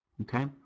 Okay